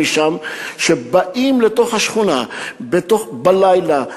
שבאים לתוך השכונה בלילה,